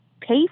pay